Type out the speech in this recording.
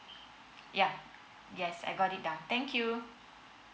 yeah yes I got it down thank you